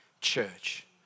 church